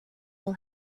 will